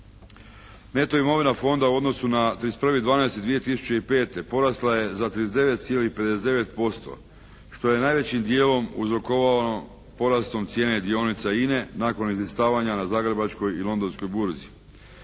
Neto imovina fonda u odnosu na 31.12.2005. porasla je za 39,59% što je najvećim dijelom uzrokovano porastom cijene dionica INA-e nakon izlistavanja na Zagrebačkoj i Londonskoj burzi.